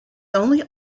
only